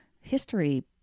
History